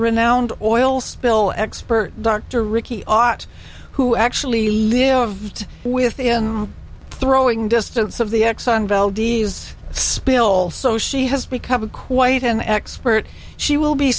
renowned oil spill expert dr riki ott who actually lived within throwing distance of the exxon valdez spill so she has become a quite an expert she will be